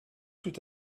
tout